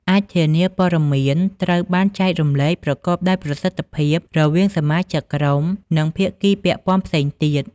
អាចធានាថាព័ត៌មានត្រូវបានចែករំលែកប្រកបដោយប្រសិទ្ធភាពរវាងសមាជិកក្រុម និងភាគីពាក់ព័ន្ធផ្សេងទៀត។